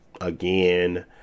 again